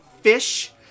fish